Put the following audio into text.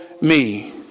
me